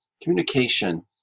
communication